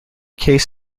case